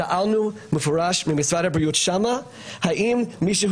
ושאלנו בפירוש את משרד הבריאות האם מישהו